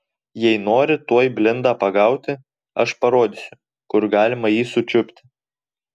jei nori tuoj blindą pagauti aš parodysiu kur galima jį sučiupti